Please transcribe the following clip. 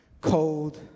cold